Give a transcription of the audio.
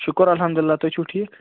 شُکُر اَلحمدُ اللّٰہ تُہۍ چھِو ٹھیٖک